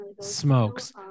smokes